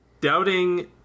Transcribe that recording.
Doubting